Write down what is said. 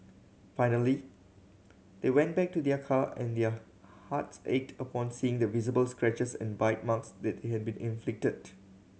finally they went back to their car and their hearts ached upon seeing the visible scratches and bite marks that had been inflicted